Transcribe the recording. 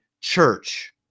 Church